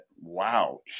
wow